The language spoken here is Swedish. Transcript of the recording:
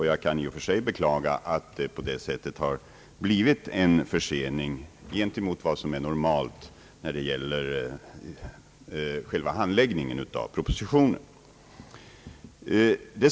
Jag kan beklaga att det blivit en försening gentemot vad som är normalt när det gäller själva handläggningen av propositioner.